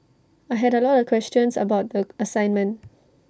I had A lot of questions about the assignment